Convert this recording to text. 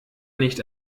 nicht